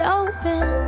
open